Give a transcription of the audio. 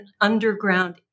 underground